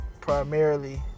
primarily